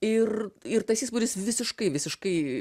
ir ir tas įspūdis visiškai visiškai